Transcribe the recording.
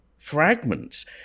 fragments